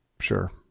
Sure